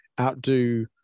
outdo